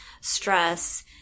stress